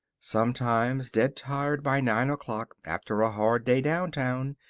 sometimes, dead-tired by nine o'clock after a hard day downtown,